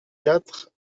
quatre